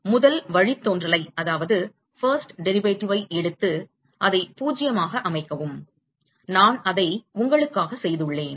நீங்கள் முதல் வழித்தோன்றலை எடுத்து அதை 0 ஆக அமைக்கவும் நான் அதை உங்களுக்காக செய்துள்ளேன்